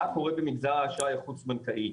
מה קורה במגזר של האשראי החוץ בנקאי.